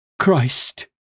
Christ